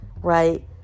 Right